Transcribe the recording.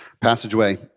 passageway